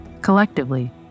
Collectively